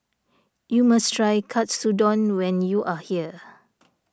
you must try Katsudon when you are here